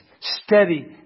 Steady